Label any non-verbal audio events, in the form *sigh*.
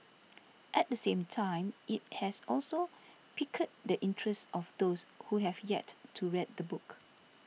*noise* at the same time it has also piqued the interest of those who have yet to read the book